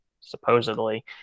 supposedly